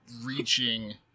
reaching